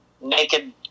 naked